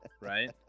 Right